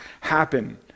happen